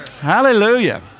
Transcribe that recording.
Hallelujah